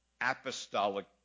apostolic